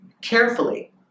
carefully